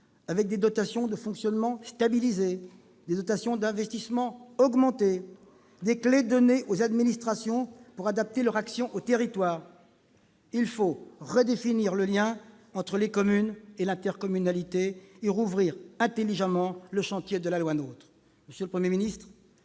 avec des dotations de fonctionnement stabilisées, des dotations d'investissement augmentées et des clés données aux administrations pour adapter leur action aux territoires. Mais pas aux élus ! Il faut redéfinir le lien entre les communes et l'intercommunalité et rouvrir intelligemment le chantier de la loi du